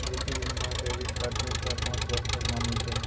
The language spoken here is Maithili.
कृषि ऋण मह क्रेडित कार्ड तीन सह पाँच बर्ष तक मान्य छै